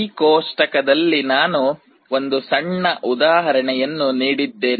ಈ ಕೋಷ್ಟಕದಲ್ಲಿ ನಾನು ಒಂದು ಸಣ್ಣ ಉದಾಹರಣೆಯನ್ನು ನೀಡಿದ್ದೇನೆ